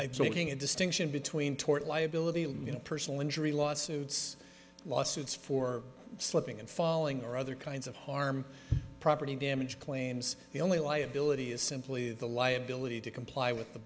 being a distinction between tort liability and you know personal injury lawsuits lawsuits for slipping and falling or other kinds of harm property damage claims the only liability is simply the liability to comply with the